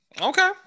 Okay